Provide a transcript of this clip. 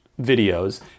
videos